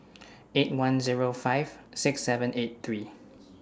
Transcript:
eight one Zero five six seven eight three